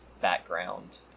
background